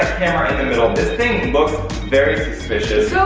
camera in the middle. this thing looks very suspicious.